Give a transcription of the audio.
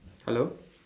hello